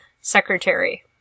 secretary